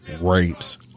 rapes